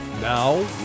Now